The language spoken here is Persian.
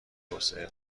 توسعه